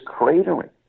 cratering